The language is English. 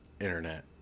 internet